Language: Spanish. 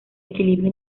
equilibrio